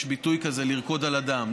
יש ביטוי כזה, לרקוד על הדם.